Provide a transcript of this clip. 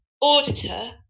auditor